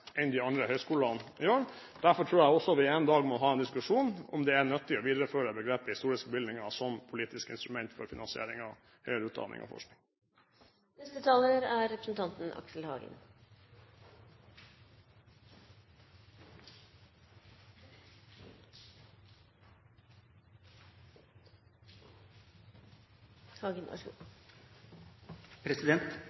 enn det de andre høyskolene gjør. Derfor tror jeg også vi en dag må ha en diskusjon om det er nyttig å videreføre begrepet «historiske bevilgninger» som politisk instrument for finansieringen av høyere utdanning og forskning. For det første er jeg enig med representanten